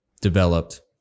developed